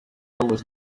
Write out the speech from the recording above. always